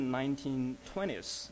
1920s